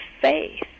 faith